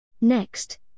Next